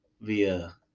via